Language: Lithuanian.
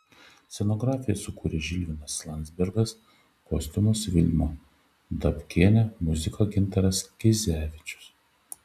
scenografiją sukūrė žilvinas landzbergas kostiumus vilma dabkienė muziką gintaras kizevičius